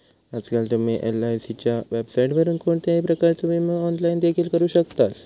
आजकाल तुम्ही एलआयसीच्या वेबसाइटवरून कोणत्याही प्रकारचो विमो ऑनलाइन देखील करू शकतास